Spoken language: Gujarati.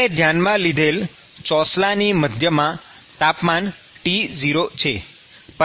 આપણે ધ્યાનમાં લીધેલ ચોસલાની મધ્યમાં તાપમાન T0 છે